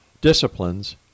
disciplines